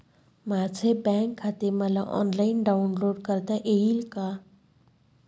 माझे बँक खाते मला ऑनलाईन डाउनलोड करता येईल का?